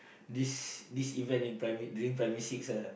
this this event in Primary during Primary six ah